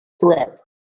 Correct